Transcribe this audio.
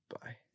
Bye